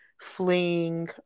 fleeing